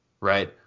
Right